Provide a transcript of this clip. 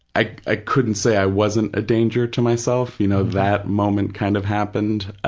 i i couldn't say i wasn't a danger to myself, you know, that moment kind of happened.